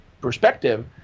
perspective